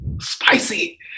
spicy